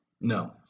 no